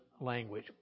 language